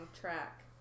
track